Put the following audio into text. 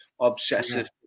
obsessive